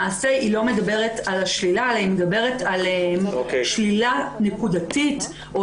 למעשה היא לא מדברת על השלילה אלא היא מדברת על שלילה נקודתית או